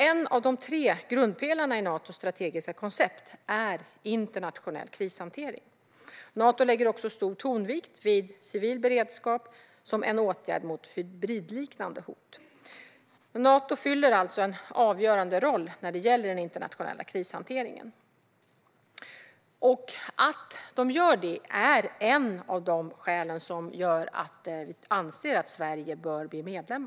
En av de tre grundpelarna i Natos strategiska koncept är internationell krishantering. Nato lägger också stor tonvikt vid civil beredskap som en åtgärd mot hybridliknande hot. Nato fyller alltså en avgörande roll när det gäller den internationella krishanteringen. Att Nato gör detta är ett av skälen till att vi anser att Sverige bör bli medlem.